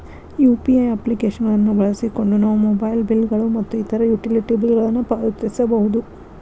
UPI application ಗಳನ್ನು ಬಳಸಿಕೊಂಡು ನಾವು ಮೊಬೈಲ್ ಬಿಲ್ ಗಳು ಮತ್ತು ಇತರ ಯುಟಿಲಿಟಿ ಬಿಲ್ ಗಳನ್ನು ಪಾವತಿಸಬಹುದು